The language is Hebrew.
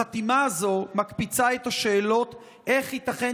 החתימה הזאת מקפיצה את השאלות: איך ייתכן